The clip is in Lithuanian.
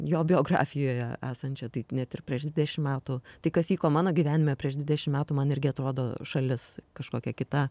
jo biografijoje esančią taip net ir prieš dvidešimt metų tai kas vyko mano gyvenime prieš dvidešimt metų man irgi atrodo šalis kažkokia kita